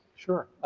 sure.